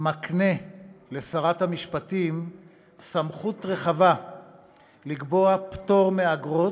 מקנה לשרת המשפטים סמכות רחבה לקבוע פטור מאגרות,